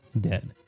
Dead